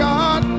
God